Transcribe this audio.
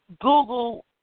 Google